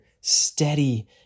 steady